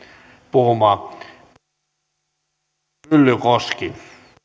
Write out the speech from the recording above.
puhumaan